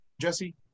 Jesse